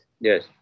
Yes